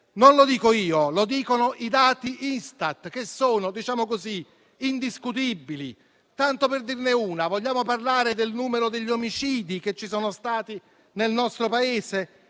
Non lo dico io, ma lo dicono i dati Istat, che sono indiscutibili. Tanto per dirne una, vogliamo parlare del numero degli omicidi che ci sono stati nel nostro Paese?